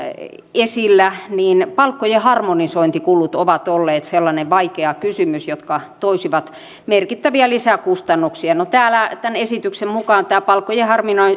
esillä niin palkkojen harmonisointikulut ovat olleet sellainen vaikea kysymys ne toisivat merkittäviä lisäkustannuksia tämän esityksen mukaan palkkojen